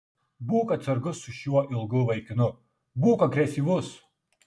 būk atsargus su šiuo ilgu vaikinu būk agresyvus